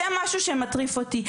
זה משהו שמטריף אותי.